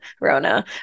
Rona